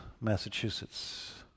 Massachusetts